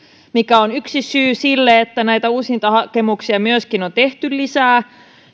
mikä on yksi syy siihen että näitä uusintahakemuksia myöskin on tehty lisää